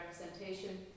representation